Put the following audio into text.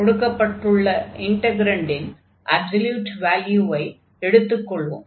கொடுக்கப்பட்டுள்ள இன்டக்ரன்டின் அப்சொல்யூட் வால்யூவை எடுத்துக் கொள்வோம்